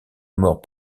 mort